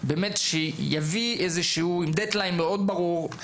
עם דד-ליין מאוד ברור,